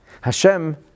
Hashem